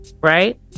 right